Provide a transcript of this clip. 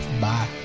Bye